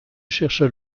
chercha